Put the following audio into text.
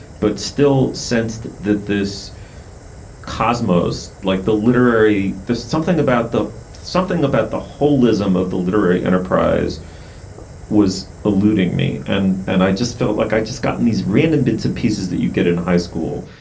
but still sensed that this cosmos like the literary the something about something about the holism of the literary enterprise was eluding me. and and i just felt like i'd just gotten these random bits of pieces that you get in high school,